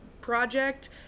project